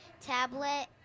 tablet